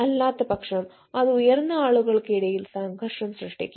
അല്ലാത്തപക്ഷം അത് ഉയർന്ന് ആളുകൾക്ക് ഇടയിൽ സംഘർഷം സൃഷ്ടിക്കും